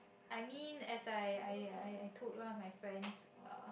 I mean as I I I I told one of my friends uh